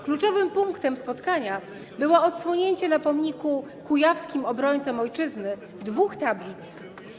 Kluczowym punktem spotkania było odsłonięcie na pomniku Kujawskim Obrońcom Ojczyzny dwóch tablic.